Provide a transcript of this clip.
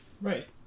Right